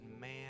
man